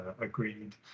agreed